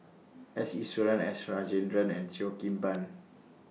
S Iswaran S Rajendran and Cheo Kim Ban